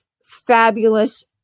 fabulous